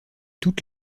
toutes